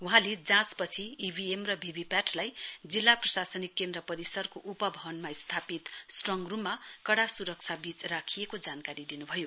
वहाँले जाँच पछि ई भी एम र भी भी पैट लाई जिल्ला प्रशासनिक केन्द्र परिसरको उप भवनमा स्थापित स्ट्रङ रुममा कड़ा सुरक्षा राखिएको जानकारी दिनुभयो